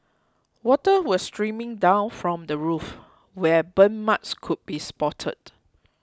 water was streaming down from the roof where burn marks could be spotted